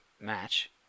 match